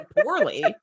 poorly